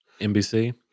NBC